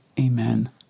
Amen